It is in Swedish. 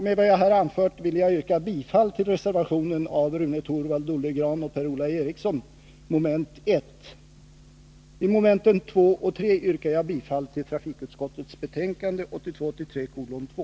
Med vad jag här anfört vill jag yrka bifall till reservationen, mom. 1, av Rune Torwald, Per-Ola Eriksson och mig själv. I fråga om mom. 2 och 3 yrkar jag bifall till trafikutskottets betänkande 1982/83:2.